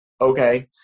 okay